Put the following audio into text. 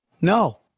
no